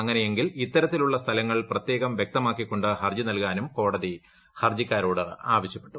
അങ്ങനെയെങ്കിൽ ഇത്തരത്തിലുള്ള സ്ഥലങ്ങൾ പ്രത്യേകം വ്യക്തമാക്കിക്കൊണ്ട് ഹർജി നൽകാനും കോടതി ഹർജിക്കാരോട് ആവശ്യപ്പെട്ടു